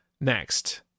Next